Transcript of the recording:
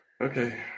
Okay